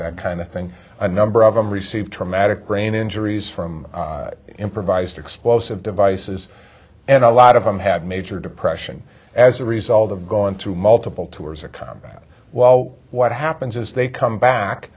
that kind of thing a number of them receive traumatic brain injuries from improvised explosive devices and a lot of them have major depression as a result of gone through multiple tours or combat while what happens is they come back